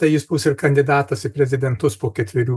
tai jis bus ir kandidatas į prezidentus po ketverių